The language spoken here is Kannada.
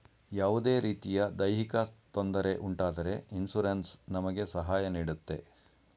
ಯಾವುದೇ ರೀತಿಯ ದೈಹಿಕ ತೊಂದರೆ ಉಂಟಾದರೆ ಇನ್ಸೂರೆನ್ಸ್ ನಮಗೆ ಸಹಾಯ ನೀಡುತ್ತೆ